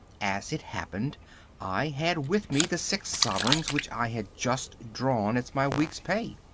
as it happened i had with me the six sovereigns which i had just drawn as my week's pay.